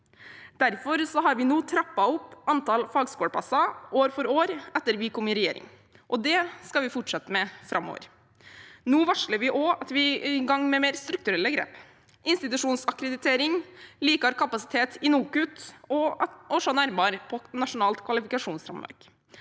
Derfor har vi nå trappet opp antallet fagskoleplasser år for år etter at vi kom i regjering, og det skal vi fortsette med framover. Nå varsler vi også at vi er i gang med mer strukturelle grep: institusjonsakkreditering, likere kapasitet i NOKUT og å se nærmere på det nasjonale kvalifikasjonsrammeverket.